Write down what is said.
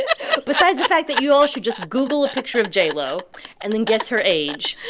besides the fact that you all should just google a picture of j-lo and then guess her age.